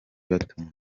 batunze